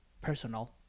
personal